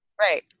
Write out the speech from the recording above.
Right